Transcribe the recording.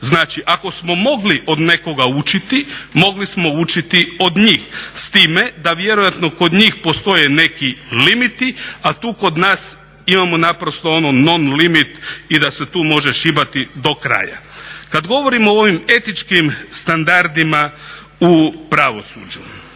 Znači ako smo mogli od nekoga učiti, mogli smo učiti od njih, s time da vjerojatno kod njih postoje neki limiti, a tu kod nas imamo naprosto non limit i da se tu može šibati do kraja. Kada govorimo o ovim etičkim standardima u pravosuđu,